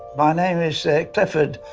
my name is clifford,